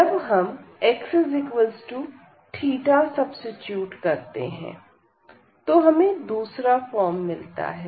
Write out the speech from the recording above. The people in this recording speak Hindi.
जब हमx सब्सीट्यूट करते हैं तो हमें दूसरा फॉर्म मिलता है